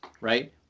right